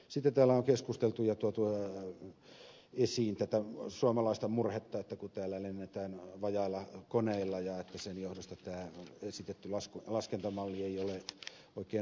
sitten täällä on tuotu esiin tätä suomalaista murhetta ja keskusteltu siitä että täällä lennetään vajailla koneilla ja sen johdosta tämä esitetty laskentamalli ei ole oikein oikeudenmukainen